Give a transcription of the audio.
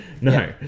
no